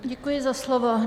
Děkuji za slovo.